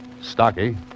stocky